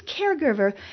caregiver